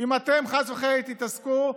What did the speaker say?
אם אתם חס וחלילה תתעסקו,